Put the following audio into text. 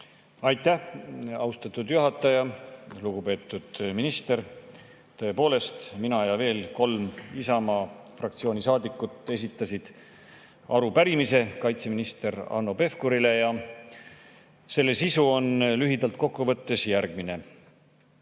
Aitäh, austatud juhataja! Lugupeetud minister! Tõepoolest, mina ja veel kolm Isamaa fraktsiooni saadikut esitasime arupärimise kaitseminister Hanno Pevkurile ja selle sisu on lühidalt kokku võttes järgmine.